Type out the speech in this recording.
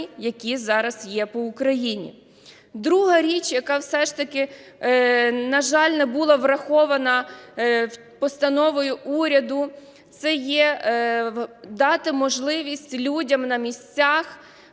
які зараз є по Україні. Друга річ, яка все ж таки, на жаль, не була врахована постановою уряду, це є дати можливість людям на місцях